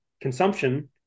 consumption